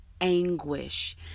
anguish